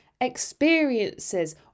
experiences